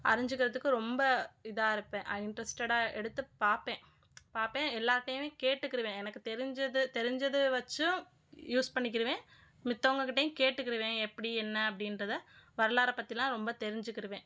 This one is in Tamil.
அறிஞ்சுக்கிறதுக்கு ரொம்ப இதாக இருப்பேன் இன்ட்ரெஸ்டடாக எடுத்து பார்ப்பேன் பார்ப்பேன் எல்லார்ட்டேயுமே கேட்டுக்கிவேன் எனக்கு தெரிஞ்சது தெரிஞ்சது வெச்சும் யூஸ் பண்ணிக்கிவேன் மத்தவுங்க கிட்டேயும் கேட்டுக்கிவேன் எப்படி என்ன அப்படின்றத வரலாற்ற பற்றிலாம் ரொம்ப தெரிஞ்சிக்கிவேன்